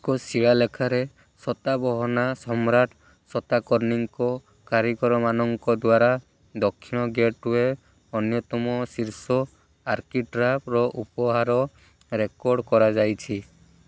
ଏକ ଶିଳାଲେଖରେ ସତାବହାନା ସମ୍ରାଟ ସତାକର୍ଣ୍ଣିଙ୍କ କାରିଗରମାନଙ୍କ ଦ୍ୱାରା ଦକ୍ଷିଣ ଗେଟୱେ ଅନ୍ୟତମ ଶୀର୍ଷ ଆର୍କିଟ୍ରାଭର ଉପହାର ରେକର୍ଡ କରାଯାଇଛି